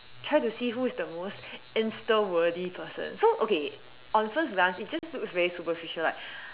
try to see who is the most Insta worthy person so okay on first glance it just looks very superficial like